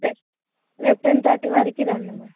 రేపు రేపు ten thirty వరకు రండి మ్యామ్